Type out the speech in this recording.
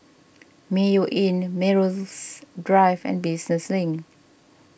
Mayo Inn Melrose Drive and Business Link